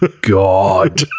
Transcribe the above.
God